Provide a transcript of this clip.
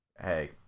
hey